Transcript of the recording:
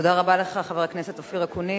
תודה רבה לך, חבר הכנסת אופיר אקוניס.